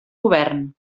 govern